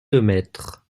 lemaître